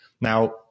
Now